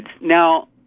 Now